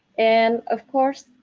and of course,